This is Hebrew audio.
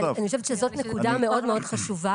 אני חושבת שזאת נקודה מאוד מאוד חשובה